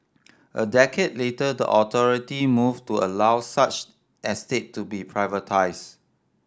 a decade later the authority moved to allow such estate to be privatised